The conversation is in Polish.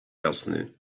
jasny